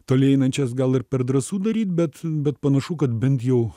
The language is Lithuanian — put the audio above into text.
toli einančias gal ir per drąsu daryt bet bet panašu kad bent jau